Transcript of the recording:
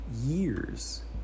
years